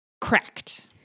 cracked